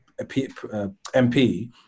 MP